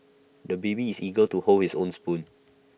the baby is eager to hold his own spoon